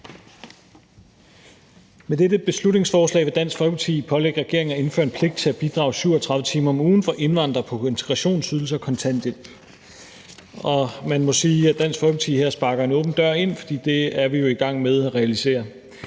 Med dette beslutningsforslag vil Dansk Folkeparti pålægge regeringen at indføre en pligt til at bidrage 37 timer om ugen for indvandrere på integrationsydelse og kontanthjælp. Man må sige, at Dansk Folkeparti her sparker en åben dør ind, for det er vi jo i gang med at realisere.